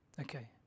Okay